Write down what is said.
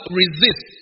resist